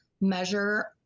measure